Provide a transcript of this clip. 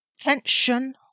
tension